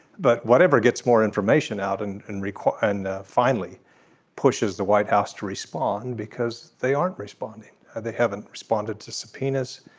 but whatever gets more information out and and required and finally pushes the white house to respond because they aren't responding they haven't responded to subpoenas.